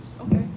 Okay